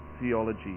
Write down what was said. theology